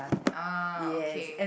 uh okay